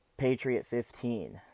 Patriot15